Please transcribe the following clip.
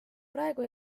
praegu